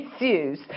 issues